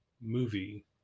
movie